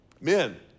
Men